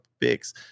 picks